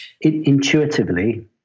Intuitively